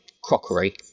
crockery